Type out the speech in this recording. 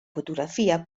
fotografia